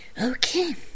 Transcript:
Okay